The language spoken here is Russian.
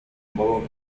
обороны